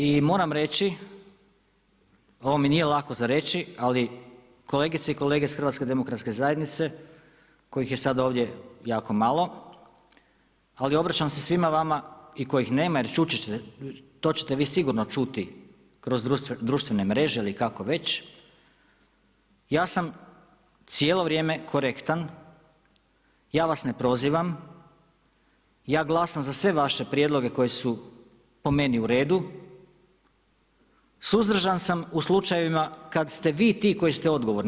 I moram reći, ovo mi nije lako za reći ali kolegice i kolege iz HDZ-a kojih je sada ovdje jako malo ali obraćam se svima vama i kojih nema, jer čuti ćete, to ćete vi sigurno čuti kroz društvene mreže ili kako već, ja sam cijelo vrijeme korektan, ja vas ne prozivam, ja glasam za sve vaše prijedloge koji su po meni u redu, suzdržan sam u slučajevima kada ste vi ti koji ste odgovorni.